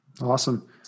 Awesome